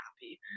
happy